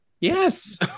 Yes